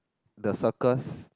the circus